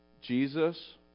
Jesus